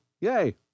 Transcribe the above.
yay